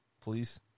Please